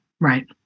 right